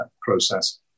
process